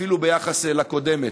אפילו ביחס לקודמת.